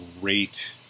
great